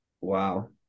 Wow